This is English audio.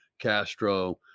Castro